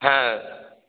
হ্যাঁ